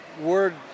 word